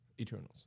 Eternals